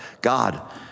God